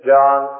John